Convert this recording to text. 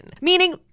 Meaning